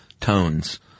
tones